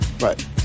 Right